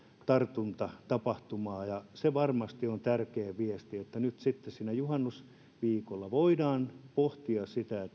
tartuntatapahtumaa se varmasti on tärkeä viesti niin että nyt sitten siinä juhannusviikolla voidaan pohtia